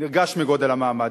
נרגש מגודל המעמד,